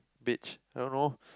beige I don't know